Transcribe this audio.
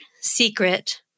secret